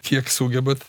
kiek sugebat